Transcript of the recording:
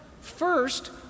First